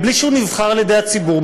בלי שהוא נבחר על ידי הציבור,